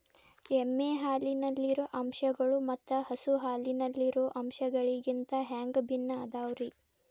ಎಮ್ಮೆ ಹಾಲಿನಲ್ಲಿರೋ ಅಂಶಗಳು ಮತ್ತ ಹಸು ಹಾಲಿನಲ್ಲಿರೋ ಅಂಶಗಳಿಗಿಂತ ಹ್ಯಾಂಗ ಭಿನ್ನ ಅದಾವ್ರಿ?